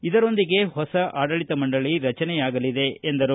ಇದರೊಂದಿಗೆ ಹೊಸ ಆಡಳಿತ ಮಂಡಳಿ ರಚನೆಯಾಗಲಿದೆ ಎಂದರು